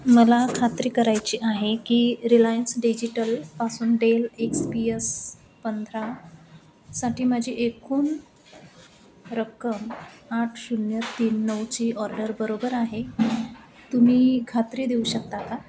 मला खात्री करायची आहे की रिलायन्स डिजिटलपासून डेल एक्स पी यस पंधरासाठी माझी एकूण रक्कम आठ शून्य तीन नऊची ऑर्डर बरोबर आहे तुम्ही खात्री देऊ शकता का